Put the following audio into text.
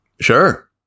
sure